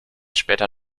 später